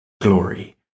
glory